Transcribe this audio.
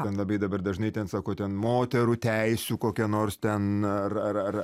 ten labai dabar dažnai ten sako ten moterų teisių kokią nors ten ar ar ar